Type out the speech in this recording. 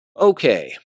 Okay